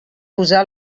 usar